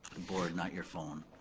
board, not your phone.